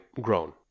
grown